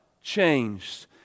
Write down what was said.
changed